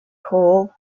call